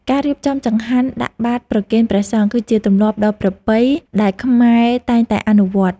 ការរៀបចំចង្ហាន់ដាក់បាតប្រគេនព្រះសង្ឃ គឺជាទម្លាប់ដ៏ប្រពៃដែលខ្មែរតែងតែអនុវត្ត។